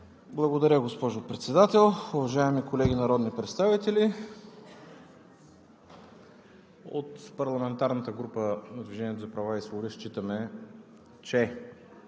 Благодаря, госпожо Председател. Уважаеми колеги народни представители, от парламентарната група на „Движението за права и свободи“ считаме, че